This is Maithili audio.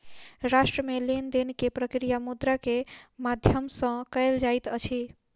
राष्ट्र मे लेन देन के प्रक्रिया मुद्रा के माध्यम सॅ कयल जाइत अछि